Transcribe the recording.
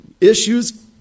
issues